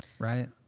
Right